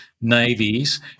navies